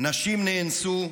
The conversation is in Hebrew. נשים נאנסו,